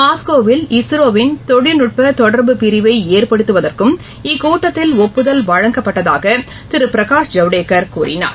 மாஸ்கோவில் இஸ்ரோவின் தொழில்நுட்பதொடர்பு பிரிவைஏற்படுத்துவதற்கும் இக்கூட்டத்தில் ஒப்புதல் வழங்கப்பட்டதாகதிருபிரகாஷ் ஜவ்டேகர் கூறினார்